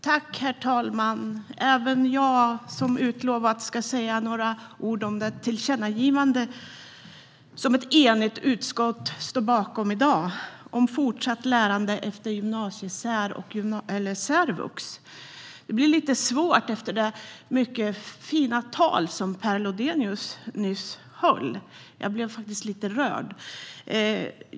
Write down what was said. Herr talman! Även jag ska som utlovat säga några ord om det tillkännagivande om fortsatt lärande efter gymnasiesär och särvux som ett enigt utskott står bakom i dag. Det blir lite svårt efter det mycket fina tal som Per Lodenius nyss höll. Jag blev faktiskt lite rörd.